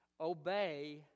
Obey